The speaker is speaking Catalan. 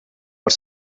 per